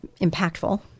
impactful